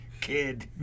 kid